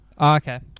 okay